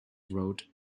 road